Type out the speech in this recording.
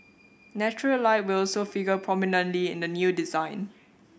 natural light will also figure prominently in the new design